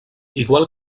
igual